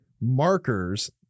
markers